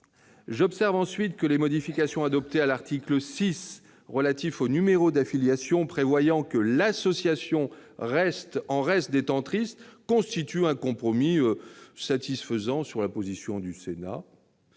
J'observe, ensuite, que les modifications adoptées à l'article 6, relatif au numéro d'affiliation, qui prévoient que l'association en reste détentrice, constituent un compromis satisfaisant avec la position du Sénat.